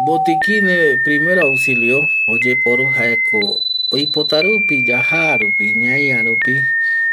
Botinine primero auxilio oyeporu jaeko oipota rupi yaja rupi, ñaia rupi